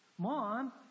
Mom